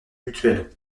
mutuelle